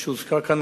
כפי שהוזכר כאן,